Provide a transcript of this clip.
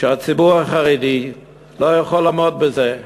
שהציבור החרדי לא יכול לעמוד בזה,